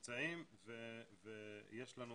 הם נמצאים ויש לנו